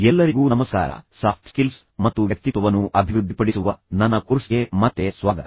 ಎಲ್ಲರಿಗೂ ನಮಸ್ಕಾರ soft skills ಮತ್ತು ವ್ಯಕ್ತಿತ್ವವನ್ನು ಅಭಿವೃದ್ಧಿಪಡಿಸುವ ನನ್ನ ಕೋರ್ಸ್ಗೆ ಮತ್ತೆ ಸ್ವಾಗತ